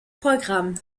programme